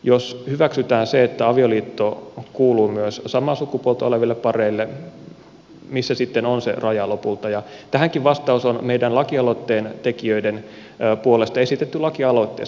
jos hyväksytään se että avioliitto kuuluu myös samaa sukupuolta oleville pareille missä sitten on lopulta raja ja tähänkin on esitetty vastaus meidän lakialoitteen tekijöiden puolesta lakialoitteessa